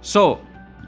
so